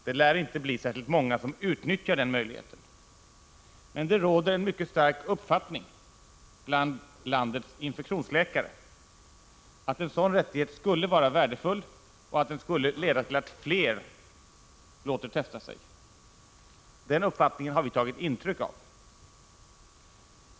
Det lär inte bli särskilt många som utnyttjar den möjligheten. Bland landets infektionsläkare råder dock en mycket stor enighet kring uppfattningen att en sådan rättighet skulle vara värdefull och att den skulle leda till att fler låter testa sig. Den uppfattningen har vi tagit intryck av.